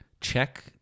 check